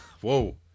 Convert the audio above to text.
whoa